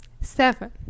seven